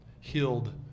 healed